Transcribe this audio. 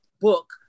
book